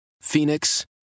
Phoenix